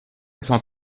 cent